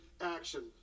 action